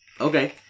Okay